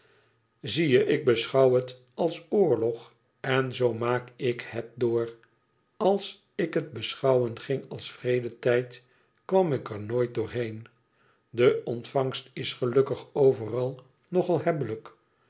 zie je ik beschouw het als oorlog en zoo maak ik het door als ik het beschouwen ging als vredetijd kwam ik er nooit door heen de ontvangst is gelukkig overal nog